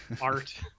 art